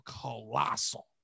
colossal